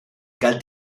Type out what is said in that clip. galt